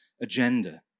agenda